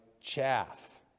chaff